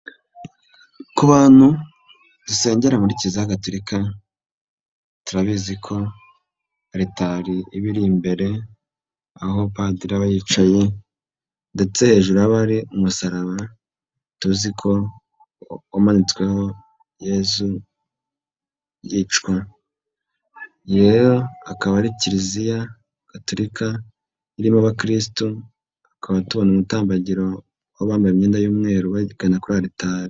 Ku bantu dusengera muri Kiliziya Gatulika turabizi ko Aritari iba iri imbere, aho Padiri aba yicaye ndetse hejuru haba hari umusaraba tuzi ko wamanitsweho Yezu yicwa, iyi rero akaba ari Kiliziya Gatuklika irimo abakirisitu, tukaba tubona umutambagiro w'abambaye imyenda y'umweru bari kugana kuri Aritari.